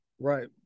Right